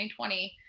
2020